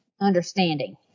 understanding